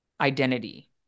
identity